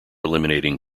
eliminating